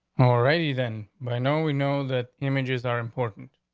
alrighty, then but i know we know that images are important.